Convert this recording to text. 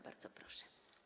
Bardzo proszę.